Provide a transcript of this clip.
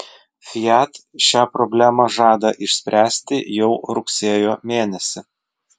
fiat šią problemą žada išspręsti jau rugsėjo mėnesį